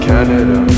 Canada